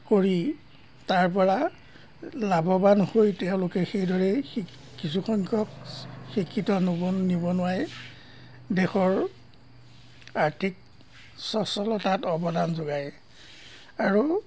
কৰি তাৰপৰা লাভৱান হৈ তেওঁলোকে সেইদৰেই কিছু সংখ্যক শিক্ষিত নব নিবনুৱাই দেশৰ আৰ্থিক স্বচ্ছলতাত অৱদান যোগায় আৰু